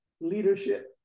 leadership